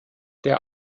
der